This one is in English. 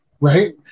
right